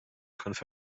können